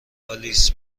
آلیس